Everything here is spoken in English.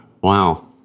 Wow